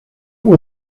will